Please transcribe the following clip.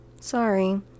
sorry